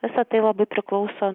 visa tai labai priklauso